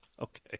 Okay